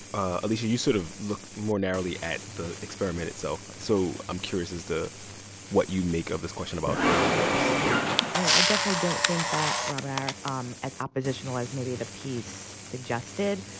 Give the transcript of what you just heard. ah alisha, you sort of look more narrowly at the experiment itself. so i'm curious as to what you make of this question about her motives i mean, i definitely don't think that robin and i are um as oppositional as maybe the piece suggested.